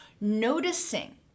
noticing